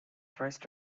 first